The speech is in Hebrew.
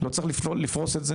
לא צריך לפרוס את זה,